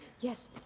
yes.